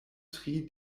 tri